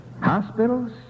Hospitals